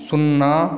शुन्ना